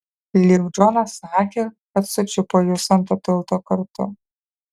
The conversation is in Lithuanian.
lyg džonas sakė kad sučiupo jus ant to tilto kartu